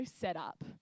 setup